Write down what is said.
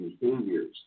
behaviors